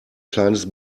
kleines